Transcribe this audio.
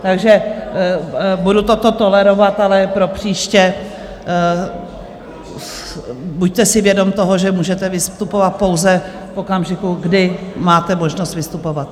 Takže budu toto tolerovat, ale propříště buďte si vědom toho, že můžete vystupovat pouze v okamžiku, kdy máte možnost vystupovat.